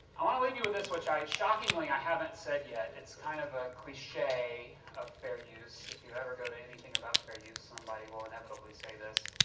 i want to leave you with this which i shockingly haven't said yet. it's kind of a cliche of fair use. if you ever go to anything about fair use somebody will inevitably say this.